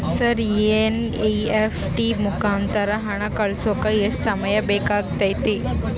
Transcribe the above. Sir NEFT ಮುಖಾಂತರ ಹಣ ಕಳಿಸೋಕೆ ಎಷ್ಟು ಸಮಯ ಬೇಕಾಗುತೈತಿ?